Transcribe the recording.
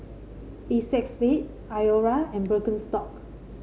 Acexspade Iora and Birkenstock